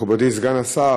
מכובדי סגן השר,